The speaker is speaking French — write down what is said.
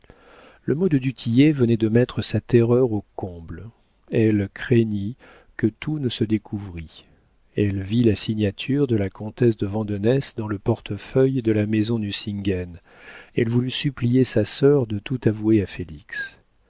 le mot de du tillet venait de mettre sa terreur au comble elle craignit que tout ne se découvrît elle vit la signature de la comtesse de vandenesse dans le portefeuille de la maison nucingen elle voulut supplier sa sœur de tout avouer à félix